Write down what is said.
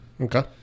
Okay